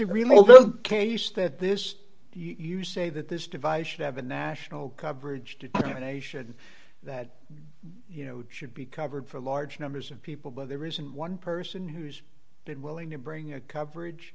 good case that this you say that this device should have a national coverage determination that you know should be covered for large numbers of people but there isn't one person who's been willing to bring your coverage